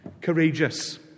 Courageous